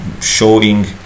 showing